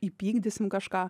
įpykdysim kažką